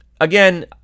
Again